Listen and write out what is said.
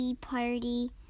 party